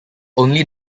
only